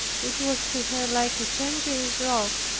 which was to her like a dangerous rock,